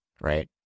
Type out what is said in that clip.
right